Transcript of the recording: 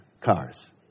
cars